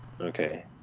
Okay